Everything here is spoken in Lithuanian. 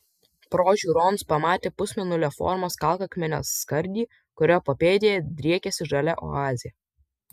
pro žiūronus pamatė pusmėnulio formos kalkakmenio skardį kurio papėdėje driekėsi žalia oazė